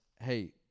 hey